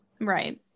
Right